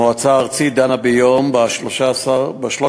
המועצה הארצית דנה ביום 13 במאי